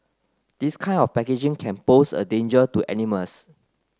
this kind of packaging can pose a danger to animals